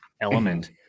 element